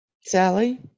Sally